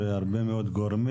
לא עברתי על כולם אלא על שניים,